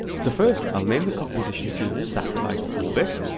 so first, i'll name the composition to satellite orbit,